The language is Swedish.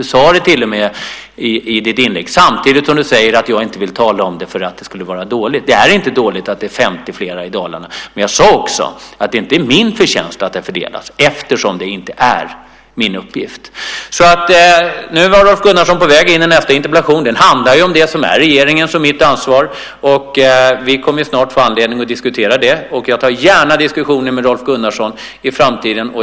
Det sade du till och med i ditt inlägg, samtidigt som du säger att jag inte vill tala om det för att det skulle vara dåligt. Det är inte dåligt att det är 50 fler i Dalarna. Men jag sade också att det inte är min förtjänst att det här har fördelats eftersom det inte är min uppgift. Nu var Rolf Gunnarsson på väg in i nästa interpellation. Den handlar om det som är regeringens och mitt ansvar. Vi kommer snart att få anledning att diskutera det, och jag tar gärna diskussionen med Rolf Gunnarsson i framtiden.